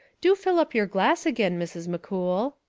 do fill up your glass again, mrs. mccool.